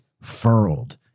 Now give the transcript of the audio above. furled